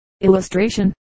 Illustration